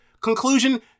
Conclusion